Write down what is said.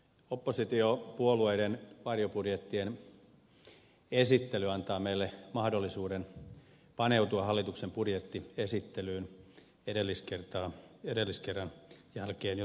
oppositiopuolueiden varjobudjettien esittely antaa meille mahdollisuuden paneutua hallituksen budjettiesitykseen edelliskerran jälkeen jo toistamiseen